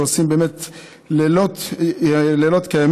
שעושים באמת לילות כימים.